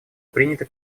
принято